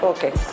Okay